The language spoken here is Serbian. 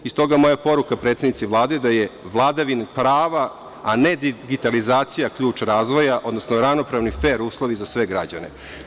Stoga je moja poruka predsednici Vlade da je vladavina prava, a ne digitalizacija, ključ razvoja, odnosno ravnopravni i fer uslovi za sve građane.